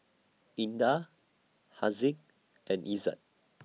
Indah Haziq and Izzat